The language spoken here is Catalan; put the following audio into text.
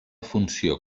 funció